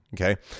okay